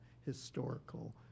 historical